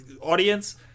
Audience